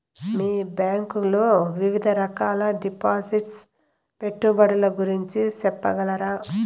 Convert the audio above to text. మీ bank లో వివిధ రకాల డిపాసిట్స్, పెట్టుబడుల గురించి సెప్పగలరా?